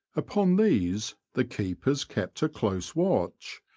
upon these the keepers kept a close watch,